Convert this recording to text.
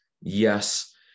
yes